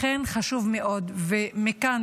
לכן חשוב מאוד מכאן,